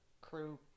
crew